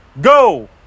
go